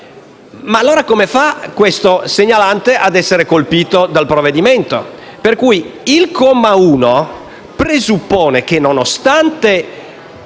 Ma allora come fa questo segnalante ad essere colpito da un provvedimento? Il comma 1 presuppone che, nonostante